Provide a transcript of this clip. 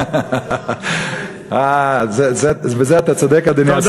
יעכב, בזה אתה צודק, אדוני השר.